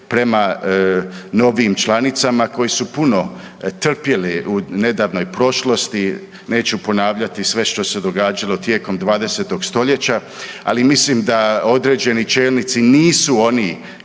prema novim članicama koji su puno trpjeli u nedavnoj prošlosti. Neću ponavljati sve što se događalo tijekom 20 stoljeća, ali mislim da određeni čelnici nisu oni